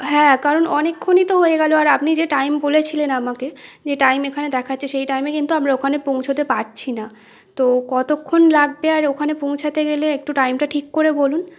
হ্যাঁ কারণ অনেকক্ষণই তো হয়ে গেলো আর আপনি যে টাইম বলেছিলেন আমাকে যে টাইম এখানে দেখাচ্ছে সেই টাইমে কিন্তু আমরা ওখানে পৌঁছতে পারছি না তো কতক্ষণ লাগবে আর ওখানে পৌঁছাতে গেলে একটু টাইমটা ঠিক করে বলুন